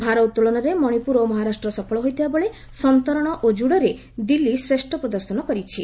ଭାରୋଉଳନରେ ମଣିପୁର ଓ ମହାରାଷ୍ଟ୍ର ସଫଳ ହୋଇଥିବା ବେଳେ ସନ୍ତରଣ ଓ କୁଡୋରେ ଦିଲ୍ଲୀ ଶ୍ରେଷ ପ୍ରଦର୍ଶନ କରିଛି